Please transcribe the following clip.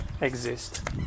exist